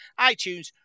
iTunes